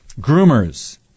Groomers